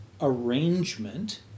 arrangement